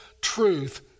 truth